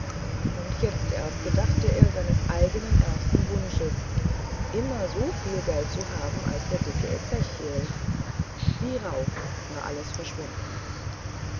und jetzt erst gedachte er seines eigenen ersten wunsches immer soviel geld zu haben als der dicke ezechiel wie rauch war alles verschwunden